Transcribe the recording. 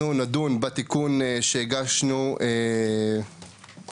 אנחנו נדון בתיקון שהגשנו בעקבות